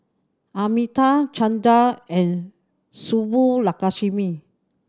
Amitabh Chandra and Subbulakshmi